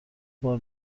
بار